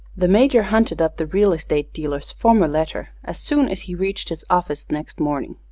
the major hunted up the real estate dealer's former letter as soon as he reached his office next morning.